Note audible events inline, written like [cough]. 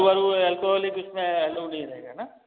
[unintelligible]